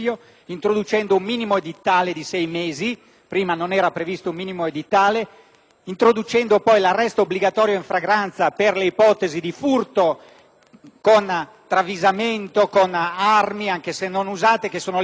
(prima non era previsto un minimo edittale) e introducendo l'arresto obbligatorio in flagranza per le ipotesi di furto con travisamento e con armi (anche se non usate), ipotesi di furto che sono tipiche nelle nostre abitazioni.